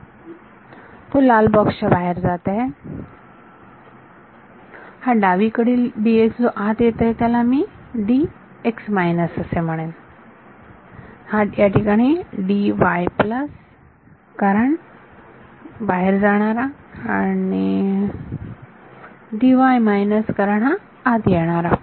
तो हा लाल बॉक्स च्या बाहेर जात आहे हा डावीकडील जो आत येत आहे त्याला मी असे म्हणेन हा याठिकाणी प्लस कारण बाहेर जाणारा आणि कारण हा आत येणारा